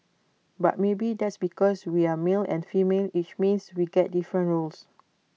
but maybe that's because we're male and female which means we get different roles